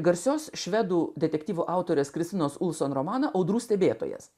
garsios švedų detektyvų autorės kristinos ulson romano audrų stebėtojas